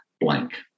blank